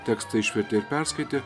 tekstą išvertė ir perskaitė